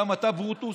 גם אתה, ברוטוס?